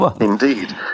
indeed